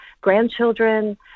grandchildren